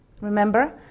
Remember